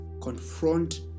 confront